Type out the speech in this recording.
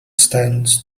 stands